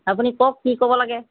আপুনি কওক কি ক'ব লাগে